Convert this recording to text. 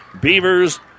Beavers